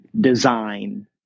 design